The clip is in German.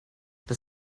das